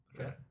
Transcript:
Okay